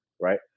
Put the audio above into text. Right